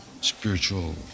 spiritual